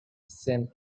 same